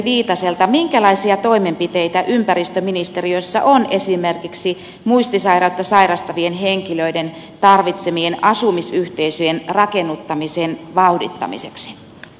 minkälaisia toimenpiteitä ympäristöministeriössä on esimerkiksi muistisairautta sairastavien henkilöiden tarvitsemien asumisyhteisöjen rakennuttamisen vauhdittamiseksi